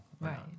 Right